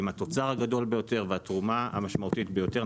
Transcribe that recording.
עם התוצר הגדול ביותר והתרומה המשמעותית ביותר.